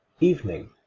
Evening